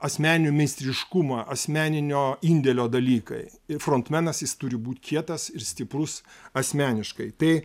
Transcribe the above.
asmeninio meistriškumą asmeninio indėlio dalykai ir frontmenas jis turi būt kietas ir stiprus asmeniškai tai